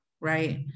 right